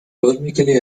vermicelli